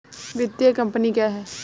वित्तीय कम्पनी क्या है?